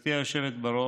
גברתי היושבת-ראש,